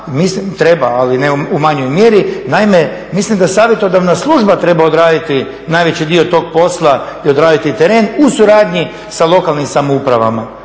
treba ali u manjoj mjeri, naime mislim da Savjetodavna služba treba odraditi najveći dio tog posla i odraditi teren u suradnji sa lokalnim samoupravama